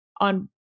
on